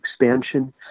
Expansion